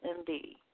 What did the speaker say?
md